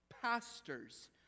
Pastors